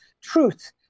truth